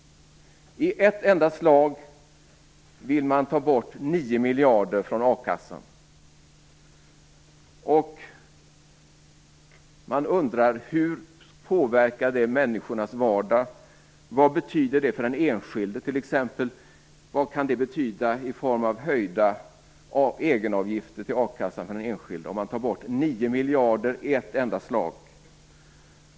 I ett enda slag vill man ta bort 9 miljarder från a-kassan. Jag undrar hur det påverkar människornas vardag. Vad kan det betyda i form av höjda egenavgifter till a-kassan för den enskilde, om man i ett enda slag tar bort 9 miljarder?